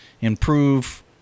improve